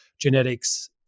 genetics